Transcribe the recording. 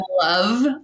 love